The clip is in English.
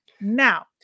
Now